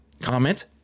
comment